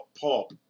pop